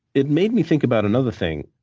it made me think about another thing,